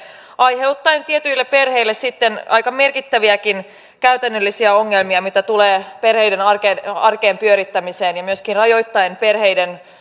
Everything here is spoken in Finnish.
aiheuttaen tietyille perheille sitten aika merkittäviäkin käytännöllisiä ongelmia mitä tulee perheiden arjen pyörittämiseen ja myöskin rajoittaen perheiden